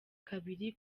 kabiri